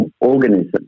organism